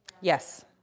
Yes